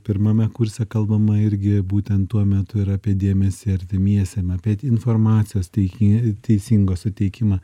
pirmame kurse kalbama irgi būtent tuo metu ir apie dėmesį artimiesiem apie informacijos teiki teisingos suteikimą